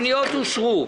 הפניות אושרו.